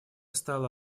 стала